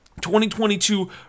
2022